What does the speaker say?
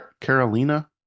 carolina